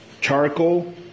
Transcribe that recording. charcoal